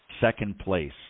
second-place